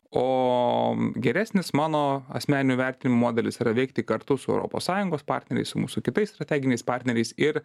o geresnis mano asmeniniu vertinimu modelis yra veikti kartu su europos sąjungos partneriais su mūsų kitais strateginiais partneriais ir